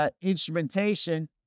instrumentation